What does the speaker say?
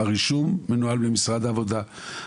הרישום מנוהל במשרד העבודה,